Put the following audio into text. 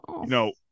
no